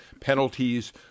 penalties